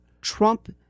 Trump